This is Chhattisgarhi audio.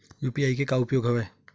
यू.पी.आई के का उपयोग हवय?